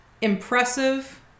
impressive